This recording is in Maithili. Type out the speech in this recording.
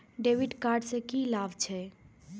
डेविट कार्ड से की लाभ छै?